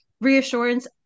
reassurance